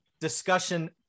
discussion